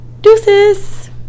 Deuces